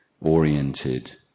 oriented